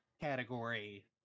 category